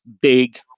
big